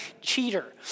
Cheater